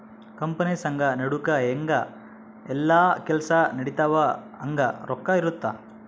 company ಸಂಘ ನಡುಕ ಹೆಂಗ ಯೆಲ್ಲ ಕೆಲ್ಸ ನಡಿತವ ಹಂಗ ರೊಕ್ಕ ಇರುತ್ತ